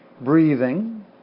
breathing